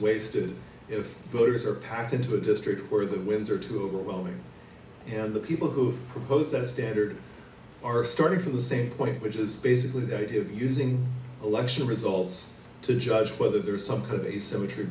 wasted if voters are packed into a district where the winds are too overwhelming and the people who proposed the standard are starting from the same point which is basically that him using election results to judge whether there is some kind of a symmetry